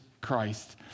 Christ